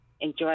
enjoy